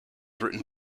written